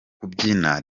kubyina